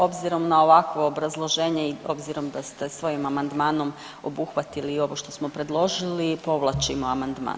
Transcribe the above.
Obzirom na ovakvo obrazloženje i obzirom da ste svojim amandmanom obuhvatili i ovo što smo predložili, povlačimo amandman.